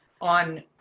on